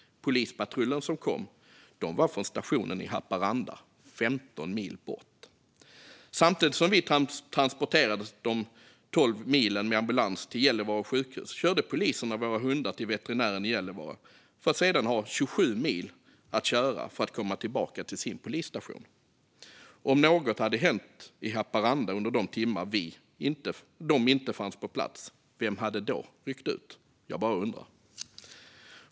Den polispatrull som kom var från stationen i Haparanda, 15 mil bort. Samtidigt som vi transporterades i ambulans de 12 milen till Gällivare sjukhus körde poliserna våra hundar till veterinären i Gällivare för att sedan ha 27 mil att köra för att komma tillbaka till sin polisstation. Vem hade ryckt ut om något hade hänt i Haparanda under de timmar då de inte fanns på plats? Jag bara undrar.